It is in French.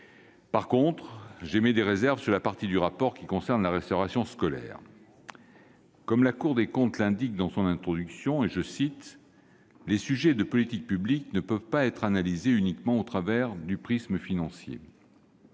revanche, j'émets des réserves sur la partie du rapport relative à la restauration scolaire. Comme la Cour des comptes l'indique dans son introduction, les sujets de politique publique ne peuvent pas être analysés uniquement à travers le prisme financier.